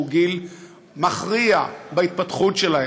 שהוא גיל מכריע בהתפתחות שלהם,